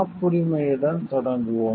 காப்புரிமையுடன் தொடங்குவோம்